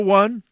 one